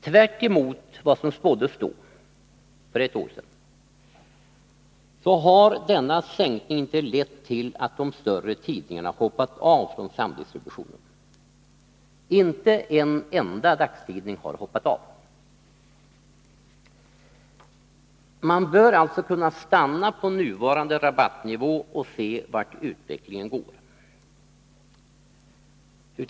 Tvärtemot vad som spåddes då för ett år sedan, har denna sänkning inte lett till att de större tidningarna hoppat av från samdistributionen. Inte en enda dagstidning har hoppat av. Man bör alltså kunna stanna på nuvarande rabattnivå och se vart utvecklingen går.